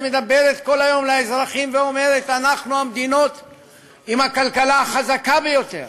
שמדברת כל היום אל האזרחים ואומרת: אנחנו המדינה עם הכלכלה החזקה ביותר,